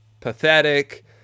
pathetic